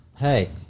Hey